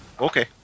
Okay